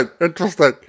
interesting